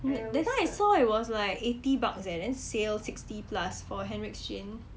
that time I saw it was like eighty bucks eh and then sale sixty plus for Hendricks Gin